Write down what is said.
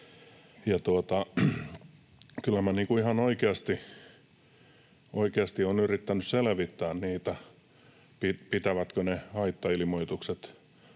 oikeasti olen yrittänyt selvittää, pitävätkö paikkansa ne haittailmoitukset